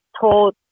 told